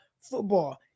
football